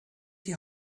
die